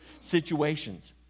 situations